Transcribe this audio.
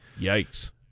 Yikes